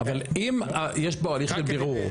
אבל אם יש פה הליך של בירור.